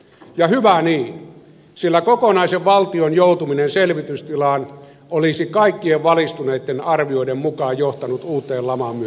ja hyvä niin sillä kokonaisen valtion joutuminen selvitystilaan olisi kaikkien valistuneitten arvioiden mukaan johtanut uuteen lamaan myös suomessa